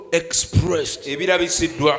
expressed